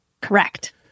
Correct